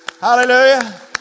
Hallelujah